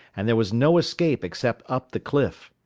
and there was no escape except up the cliff.